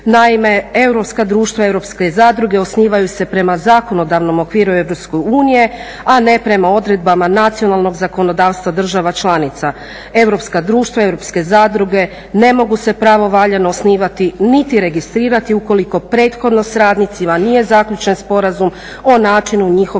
Naime, europska društva i europske zadruge osnivaju se prema zakonodavnom okviru EU, a ne prema odredbama nacionalnog zakonodavstva država članica. Europska društva i europske zadruge ne mogu se pravovaljano osnivati niti registrirati ukoliko prethodno s radnicima nije zaključen sporazum o načinu njihovog